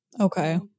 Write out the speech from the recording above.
Okay